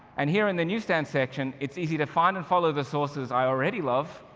and here in the newsstand section, it's easy to find and follow the sources i already love,